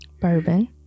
bourbon